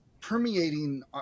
permeating